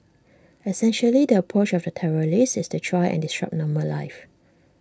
essentially the approach of the terrorists is to try and disrupt normal life